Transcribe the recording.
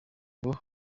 nabo